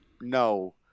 No